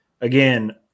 Again